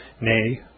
nay